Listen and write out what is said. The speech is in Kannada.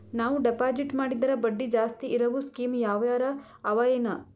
ನಾವು ಡೆಪಾಜಿಟ್ ಮಾಡಿದರ ಬಡ್ಡಿ ಜಾಸ್ತಿ ಇರವು ಸ್ಕೀಮ ಯಾವಾರ ಅವ ಏನ?